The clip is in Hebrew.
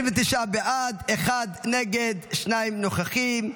29 בעד, אחד נגד, שניים נוכחים.